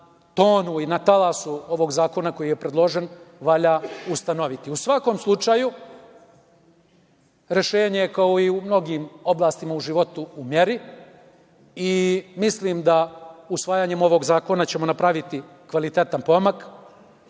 tonu i na talasu ovog zakona koji je predložen, valja ustanoviti.U svakom slučaju, rešenje kao i u mnogim oblastima u životu u meri i mislim da, usvajanjem ovog zakona, ćemo napraviti kvalitetan pomak.